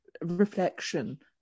reflection